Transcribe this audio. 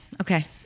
Okay